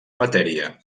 matèria